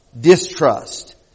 distrust